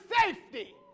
safety